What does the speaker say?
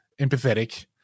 empathetic